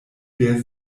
der